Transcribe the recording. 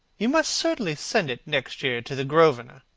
you must certainly send it next year to the grosvenor.